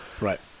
Right